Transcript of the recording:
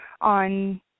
on